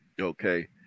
Okay